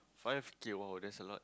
five K !wow! that's a lot